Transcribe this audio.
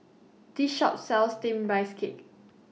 This Shop sells Steamed Rice Cake